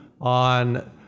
on